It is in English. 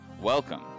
Welcome